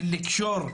של לקשור,